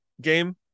game